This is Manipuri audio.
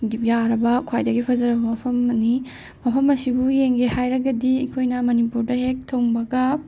ꯌꯥꯔꯕ ꯈ꯭ꯋꯥꯏꯗꯒꯤ ꯐꯖꯔꯕ ꯃꯐꯝ ꯑꯃꯅꯤ ꯃꯐꯝ ꯑꯁꯤꯕꯨ ꯌꯦꯡꯒꯦ ꯍꯥꯏꯔꯒꯗꯤ ꯑꯩꯈꯣꯏꯅ ꯃꯅꯤꯄꯨꯔꯗ ꯍꯦꯛ ꯊꯨꯡꯕꯒ